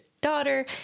daughter